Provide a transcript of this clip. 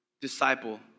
disciple